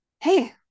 hey